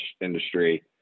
industry